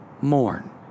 Mourn